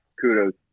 kudos